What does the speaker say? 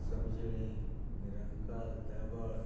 समजळी निरंकाल दाबाळ